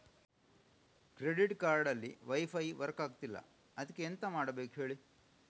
credit card ಅಲ್ಲಿ wifi work ಆಗ್ತಿಲ್ಲ ಅದ್ಕೆ ಎಂತ ಮಾಡಬೇಕು ಹೇಳಿ